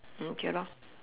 okay lor